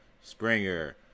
Springer